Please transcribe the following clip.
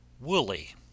woolly